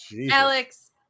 Alex